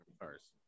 cars